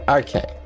okay